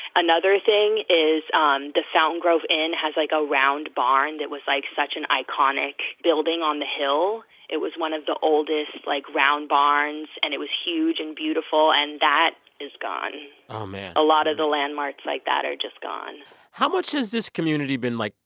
another thing is the sound grove inn has, like, a round barn that was, like, such an iconic building on the hill it was one of the oldest, like, round barns. and it was huge and beautiful. and that is gone aw, man a lot of the landmarks like that are just gone how much this community been, like,